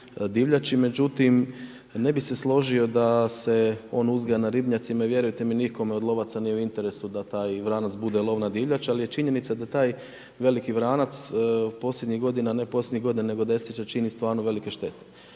međutim ne bi se složio da se on uzgaja na ribnjacima i vjerujte mi nikom od lovaca nije u interesu da taj vranac bude lovna divljač, ali je činjenica da taj veliki vranac posljednjih godina, ne posljednjih godina nego desetljeća čini stvarno velike štete.